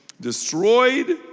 destroyed